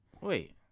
Wait